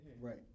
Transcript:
Right